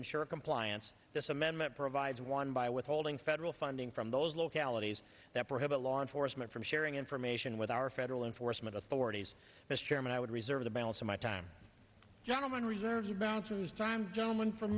ensure compliance this amendment provides one by withholding federal funding from those localities that prohibit law enforcement from sharing information with our federal enforcement authorities mr chairman i would reserve the balance of my time gentleman reserves and balances time gentleman from